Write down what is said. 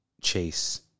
Chase